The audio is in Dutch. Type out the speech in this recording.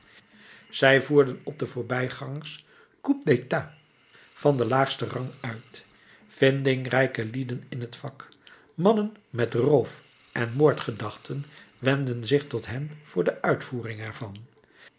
zij voerden op de voorbijgangers coups d'états van den laagsten rang uit vindingrijke lieden in het vak mannen met roof en moordgedachten wendden zich tot hen voor de uitvoering ervan